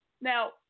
now